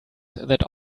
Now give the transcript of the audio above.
that